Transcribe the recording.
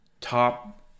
top